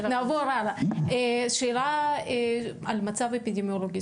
נעבור הלאה לשאלה על המצב האפידמיולוגי.